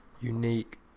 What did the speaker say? unique